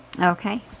Okay